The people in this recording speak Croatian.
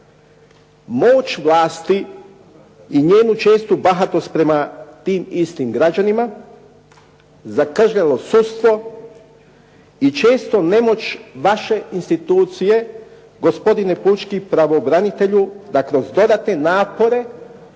Moć vlasti i njenu čestu bahatost prema tim istim građanima, zakržljalo sudstvo i čestu nemoć vaše institucije, gospodine pučki pravobranitelju, da kroz dodatne napore